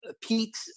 Pete